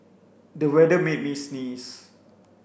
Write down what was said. the weather made me sneeze